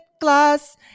Gloss